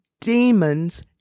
Demons